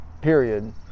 period